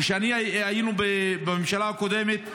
כשהיינו בממשלה הקודמת,